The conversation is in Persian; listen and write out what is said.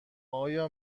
آیا